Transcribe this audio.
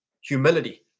Humility